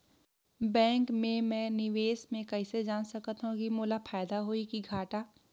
Bank मे मैं निवेश मे कइसे जान सकथव कि मोला फायदा होही कि घाटा?